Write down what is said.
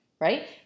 right